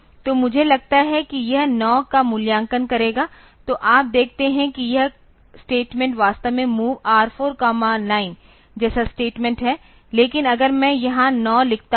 तो मुझे लगता है कि यह 9 का मूल्यांकन करेगा तो आप देखते हैं कि यह स्टेटमेंट वास्तव में MOV R49 जैसा स्टेटमेंट है लेकिन अगर मैं यहां 9 लिखता हूं